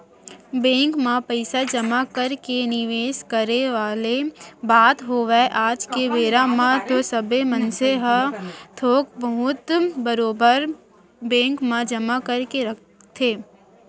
bank म पइसा जमा करके निवेस करे वाले बात होवय आज के बेरा म तो सबे मनसे मन ह थोक बहुत बरोबर बेंक म जमा करके रखथे